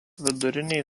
vidurinė